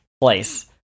place